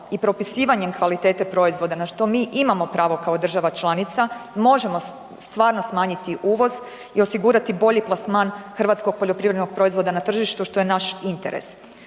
i propisivanjem kvalitete proizvoda na što mi imamo pravo kao država članica možemo stvarno smanjiti uvoz i osigurati bolji plasman hrvatskog poljoprivrednog proizvoda na tržištu što je naš interes.